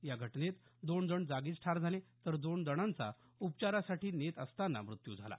या घटनेत दोन जण जागीच ठार झाले तर दोन जणांचा उपचारासाठी नेत असताना मृत्यू झाला